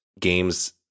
games